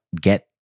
get